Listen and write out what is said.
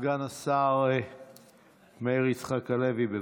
סגן השר מאיר יצחק הלוי, בבקשה.